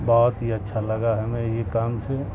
بہت ہی اچھا لگا ہمیں یہ کام سے